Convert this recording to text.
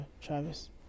Travis